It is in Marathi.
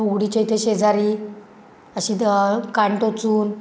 बुगडीच्या इथं शेजारी अशी द कान टोचून